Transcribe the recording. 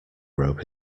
rope